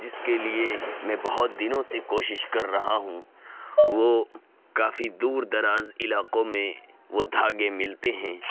جس کے لیے میں بہت دنوں سے کوشش کر رہا ہوں وہ کافی دور دراز علاقوں میں وہ دھاگے ملتے ہیں